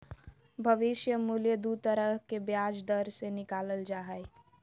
भविष्य मूल्य दू तरह के ब्याज दर से निकालल जा हय